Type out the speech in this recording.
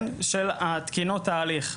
תקינות התהליך,